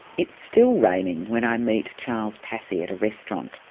it's still raining when i meet charles passi at a restaurant.